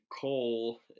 Cole